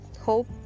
hope